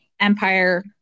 Empire